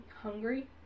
hungry